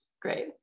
Great